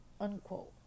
unquote